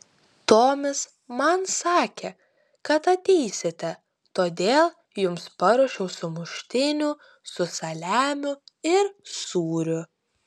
tomis man sakė kad ateisite todėl jums paruošiau sumuštinių su saliamiu ir sūriu